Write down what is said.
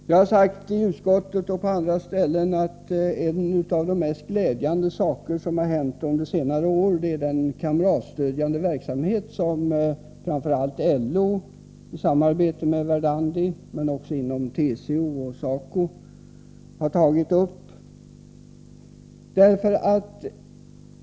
Jag har sagt i utskottet och på andra ställen att en av de mest glädjande saker som har hänt under senare år är den kamratstödjande verksamhet som man framför allt inom LO i samarbete med Verdandi, men också inom TCO och SACO, har tagit upp.